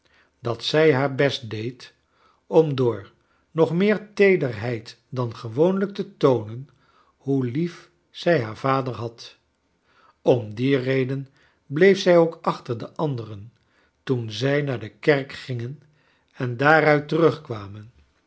dat zij haar best deed om door nog meer teederheid dan gewoonlijk te toonen hoe lief zij haar vader had om die reden bleef zij ook achter de anderen toen zij naar de kerk gingen en daaruit terugkwamen